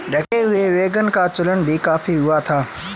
ढके हुए वैगन का चलन भी काफी हुआ था